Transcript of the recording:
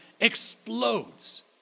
explodes